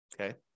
Okay